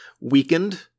weakened